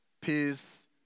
peace